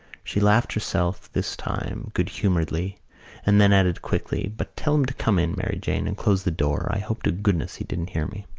she laughed herself this time good-humouredly and then added quickly but tell him to come in, mary jane, and close the door. i hope to goodness he didn't hear me.